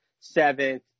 seventh